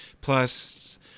plus